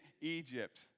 Egypt